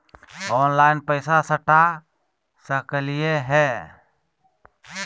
Online पैसा सटा सकलिय है?